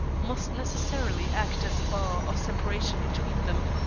must necessarily act as a bar of separation between them.